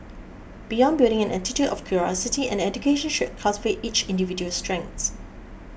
beyond building an attitude of curiosity an education should cultivate each individual's strengths